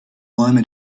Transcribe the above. räume